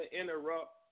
interrupt